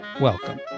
welcome